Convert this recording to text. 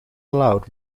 aloud